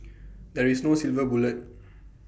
there is no silver bullet